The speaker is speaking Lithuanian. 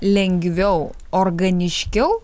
lengviau organiškiau